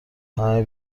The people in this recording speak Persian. همه